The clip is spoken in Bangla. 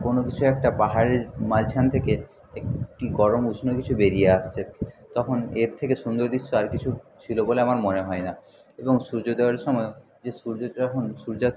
কোনো কিছু একটা পাহাড়ের মাঝখান থেকে একটি গরম উষ্ণ কিছু বেরিয়ে আসছে তখন এর থেকে সুন্দর দিশ্য আর কিছু ছিল বলে আমার মনে হয় না এবং সূর্যোদয়ের সময়ও যে সূর্য যখন সূর্যাত